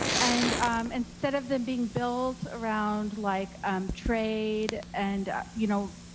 and instead of them being built around like trade and you know,